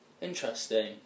Interesting